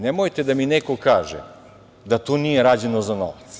Nemojte da mi neko kaže da to nije rađeno za novac.